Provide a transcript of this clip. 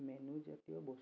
মেনুজাতীয় বস্তু